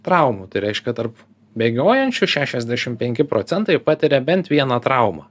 traumų tai reiškia tarp bėgiojančių šešiasdešim penki procentai patiria bent vieną traumą